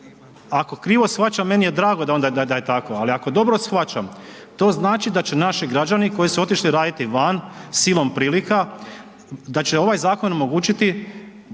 ako krivo shvaćam meni je drago da je onda tako, ali ako dobro shvaćam to znači da će naši građani koji su otišli raditi van silom prilika da će ovaj zakon omogućiti,